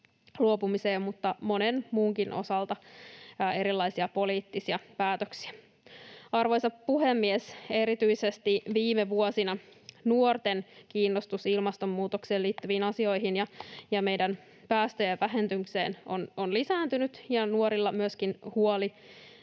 mutta monen muunkin asian osalta on ollut erilaisia poliittisia päätöksiä. Arvoisa puhemies! Erityisesti viime vuosina nuorten kiinnostus ilmastonmuutokseen liittyviin asioihin ja meidän päästöjen vähentymiseen on lisääntynyt ja nuorilla myöskin huoli